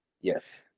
Yes